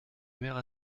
mère